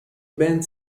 ben